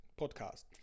podcast